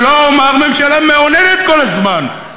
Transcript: שלא לומר ממשלה מאוננת כל הזמן,